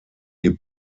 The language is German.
die